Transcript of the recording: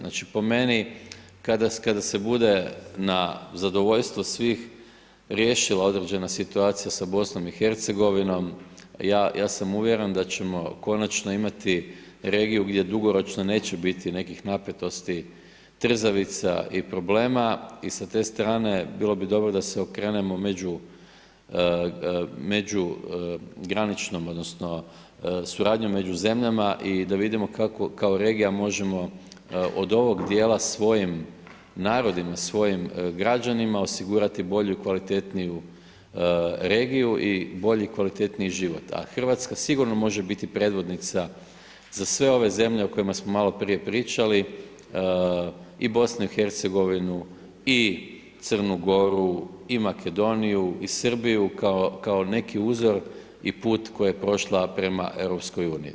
Znači po meni kada se bude na zadovoljstvo svih riješila određena situacija sa BiH-om, ja sam uvjeren da ćemo konačno imati regiju gdje dugoročno neće biti nekih napetosti, trzavica i problema i sa te strane bilo bi dobro da se okrenemo međugraničnom odnosno suradnjom među zemljama i da vidimo kako kao regija možemo od ovog djela svojim narodima, svojim građanima osigurati bolju i kvalitetniju regiju i bolji i kvalitetniji život a Hrvatska sigurno može biti predvodnica za sve ove zemlje o kojima smo maloprije pričali, i BiH i Crnu Goru i Makedoniju i Srbiju kao neki uzor i put koji je prošla prema EU-u.